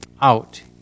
out